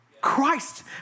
Christ